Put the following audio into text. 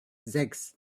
sechs